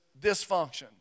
dysfunction